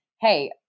Hey